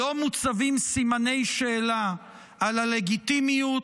לא מוצבים סימני שאלה על הלגיטימיות,